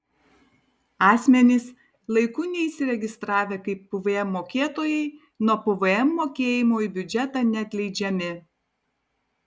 asmenys laiku neįsiregistravę kaip pvm mokėtojai nuo pvm mokėjimo į biudžetą neatleidžiami